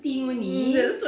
oh my god